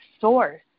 source